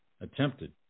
attempted